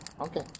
Okay